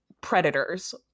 predators